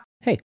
Hey